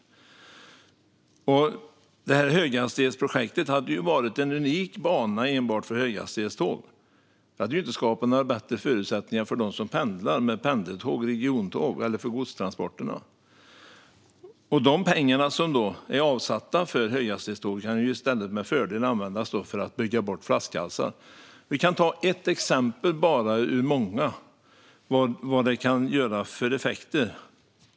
Höghastighetsprojektet hade ju varit en unik bana enbart för höghastighetståg som inte skapat bättre förutsättningar vare sig för dem som pendlar med pendel eller regiontåg eller för godstransporter. De pengar som är avsatta för höghastighetståg kan i stället med fördel användas för att bygga bort flaskhalsar. Vi kan ta ett exempel av många på vad det kan ge för effekter.